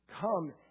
Come